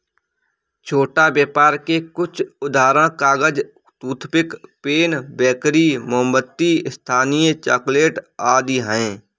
छोटा व्यापर के कुछ उदाहरण कागज, टूथपिक, पेन, बेकरी, मोमबत्ती, स्थानीय चॉकलेट आदि हैं